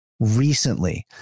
recently